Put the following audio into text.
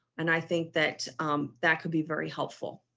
and i think that that could be very helpful.